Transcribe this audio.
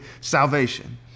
salvation